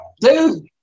Dude